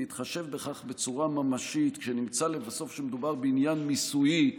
להתחשב בכך בצורה ממשית כשנמצא לבסוף שמדובר בעניין מיסויי,